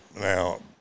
Now